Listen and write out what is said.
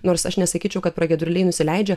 nors aš nesakyčiau kad pragiedruliai nusileidžia